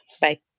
Bye